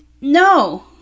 no